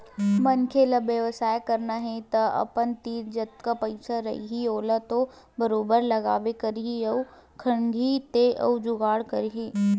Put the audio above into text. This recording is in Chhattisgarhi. मनखे ल बेवसाय करना हे तअपन तीर जतका पइसा रइही ओला तो बरोबर लगाबे करही अउ खंगही तेन ल जुगाड़ करही